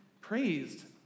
praised